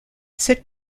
cette